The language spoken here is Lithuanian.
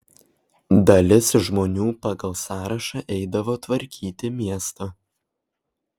dalis žmonių pagal sąrašą eidavo tvarkyti miesto